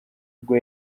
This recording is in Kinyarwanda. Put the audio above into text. ubwo